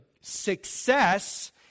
success